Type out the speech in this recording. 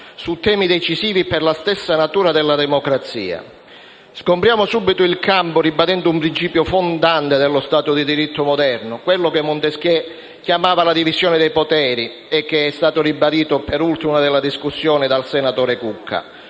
su temi decisivi per la stessa natura della democrazia. Sgombriamo subito il campo ribadendo un principio fondante dello stato di diritto moderno - quello che Montesquieu chiamava la divisione dei poteri e che è stato ribadito per ultimo, nel corso della discussione, dal senatore Cucca.